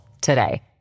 today